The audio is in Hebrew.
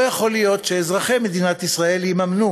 לא יכול להיות שאזרחי מדינת ישראל יממנו